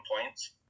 points